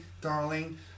darling